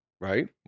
right